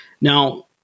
Now